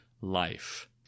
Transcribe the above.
life